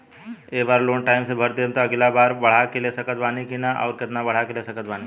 ए बेर loan time से भर देहम त अगिला बार बढ़ा के ले सकत बानी की न आउर केतना बढ़ा के ले सकत बानी?